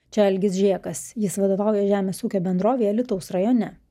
čia algis žėkas jis vadovauja žemės ūkio bendrovė alytaus rajone